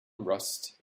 rust